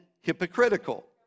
hypocritical